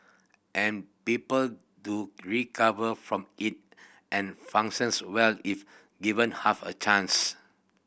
and people do recover from it and functions well if given half a chance